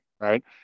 Right